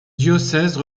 diocèse